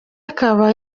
akaba